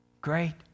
great